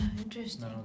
interesting